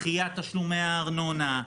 דחיית תשלומי הארנונה,